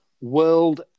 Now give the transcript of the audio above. world